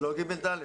אלה לא כיתות ג'-ד'.